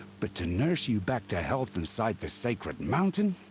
but to nurse you back to health inside the sacred mountain?